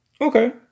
Okay